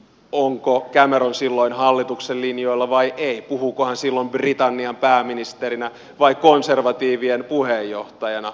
onko cameron silloin hallituksen linjoilla vai ei puhuuko hän silloin britannian pääministerinä vai konservatiivien puheenjohtajana